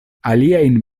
aliajn